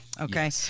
Okay